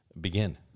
begin